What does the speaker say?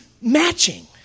matching